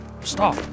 stop